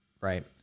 right